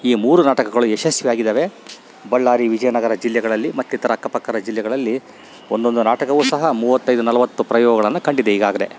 ಈ ಮೂರು ನಾಟಕಗಳು ಯಶಸ್ವಿ ಆಗಿದಾವೆ ಬಳ್ಳಾರಿ ವಿಜಯನಗರ ಜಿಲ್ಲೆಗಳಲ್ಲಿ ಮತ್ತು ಇತರ ಅಕ್ಕಪಕ್ಕದ ಜಿಲ್ಲೆಗಳಲ್ಲಿ ಒಂದೊಂದು ನಾಟಕವೂ ಸಹ ಮೂವತ್ತೈದು ನಲವತ್ತು ಪ್ರಯೋಗಗಳನ್ನು ಕಂಡಿದೆ ಈಗಾಗಲೇ